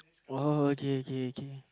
!wow! okay okay okay